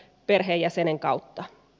perheenjäsenen kautta